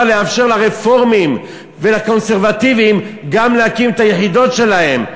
לאפשר גם לרפורמים ולקונסרבטיבים להקים את היחידות שלהם,